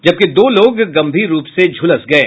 जबकि दो लोग गंभीर रूप से झुलस गये